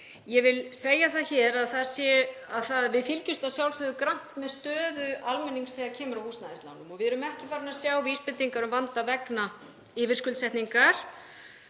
og vinnumarkaðar. Við fylgjumst að sjálfsögðu grannt með stöðu almennings þegar kemur að húsnæðislánum og við erum ekki farin að sjá vísbendingar um vanda vegna yfirskuldsetningar